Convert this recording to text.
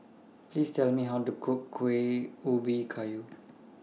Please Tell Me How to Cook Kueh Ubi Kayu